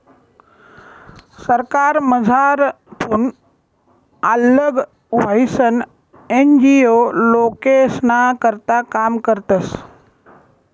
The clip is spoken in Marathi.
सरकारमझारथून आल्लग व्हयीसन एन.जी.ओ लोकेस्ना करता काम करतस